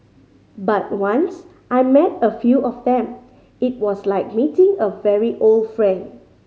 but once I met a few of them it was like meeting a very old friend